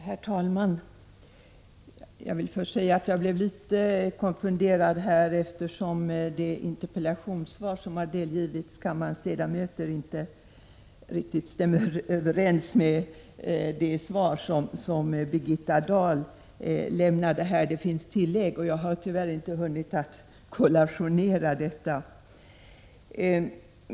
Herr talman! Jag vill först säga att jag blev litet konfunderad, eftersom det interpellationssvar som har delgivits kammarens ledamöter inte riktigt stämmer överens med det svar som Birgitta Dahl lämnade här från talarstolen. I det senare finns tillägg som jag tyvärr inte hunnit kollationera.